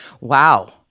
Wow